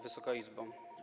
Wysoka Izbo!